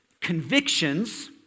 convictions